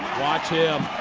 watch him.